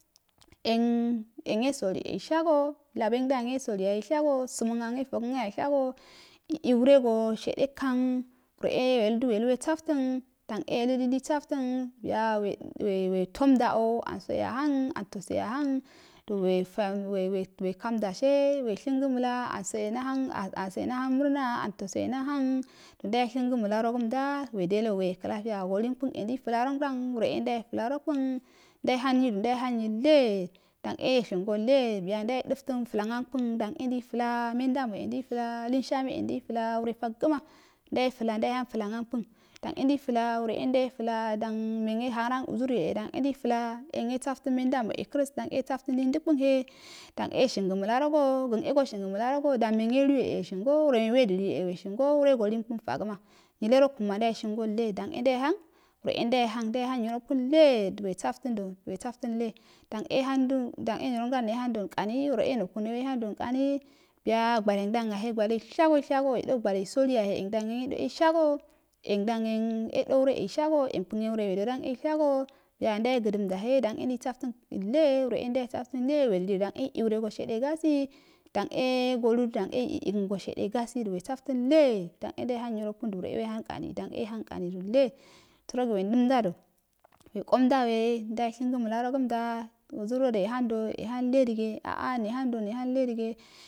Yen yen yesali eishaso laboungdan yesoliyahe shago sumanga yefogən yahe ashasoo e enurgo shade kan wre e weludo welu wesafan dande yelugi saftən biyu wetomda'o anso e ahara awosao e ahanma do wetan we wekamda she weshungə məla anso e nahama amso e norhana anbo e norhang murna anto so e narhona ndauweshingo məlargomdace uredeogoyo klafiya go lunkun e ndefla ro ngdama ure e ndawe arokun ndawe hon nyin nda we han nyille dane yeshine soi le biya ndawe daltan ifemegankun dande ndei fla mendamo e ndei fla leshane e ndai ifla wre fasagma ndewe fla ndame hang flang ankun dan e ndei fla wre e ndewe fla dan menye hadan uzuryo e ndai fla e yesaftori mendam e kəras dorn e ndei softon ndeidakun he dan e yeshiga məla rogo gan e soshungə məlarogo dom meyelu yo e yeshaga melarogo wre we diliyo e weshua go wre go linkuntagama nyilerokkun ma ndawe shigolke dan e daihora wre e ndawe hang ndouwe hang nyirokun le do webo fton do wesafton le dorn e yehandu dan e nyiwondand nkomi wre e nyinkuno wehandole nkani buya gwalingdoun yehe gwale shaso wedo gwale saoli shage yahe dan e do the enshaso yenkun yen wedodon eshso biya ndawe gədəmdahe dan e ndei saftənve wre e ndonwe softən he wre njegda he e evergo shadegasi don e galə done egəngo shade gasidu we saftə nile dane ndew han nyirokundo dari e wehanunkani danel hanlkanidolle sarogi we ndəmdadu ndawe konda we ndawel hungo məlargo mda uguro ndaule handa wehanlle dige a a nehando nehanlle dige,